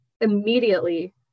Immediately